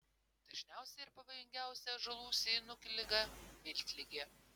dažniausia ir pavojingiausia ąžuolų sėjinukų liga miltligė